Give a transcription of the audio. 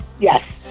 Yes